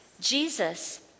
Jesus